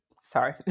sorry